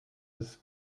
his